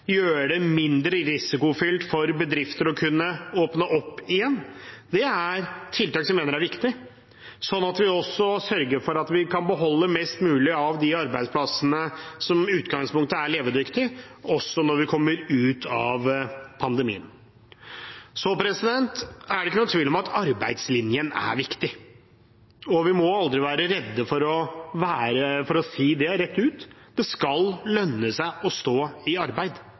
gjøre det mindre risikofylt for bedrifter å kunne åpne opp igjen. Det er et tiltak som jeg mener er riktig, sånn at vi sørger for at vi kan beholde mest mulig av de arbeidsplassene som i utgangspunktet er levedyktige, også når vi kommer ut av pandemien. Det er ikke noen tvil om at arbeidslinjen er viktig, og vi må aldri være redde for å si det rett ut. Det skal lønne seg å stå i arbeid.